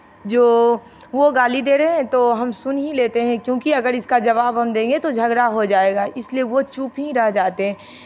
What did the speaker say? जो वो गाली दे रहे हैं तो हम सुन ही लेते हैं क्योंकि इसका जवाब हम देंगे तो झगड़ा हो जाएगा इसलिए वो चुप ही रह जाते हैं शिक्षित लोग